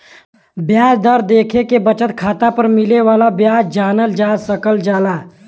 ब्याज दर देखके बचत खाता पर मिले वाला ब्याज जानल जा सकल जाला